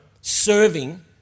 serving